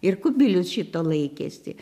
ir kubilius šito laikėsi